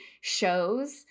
shows